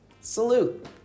Salute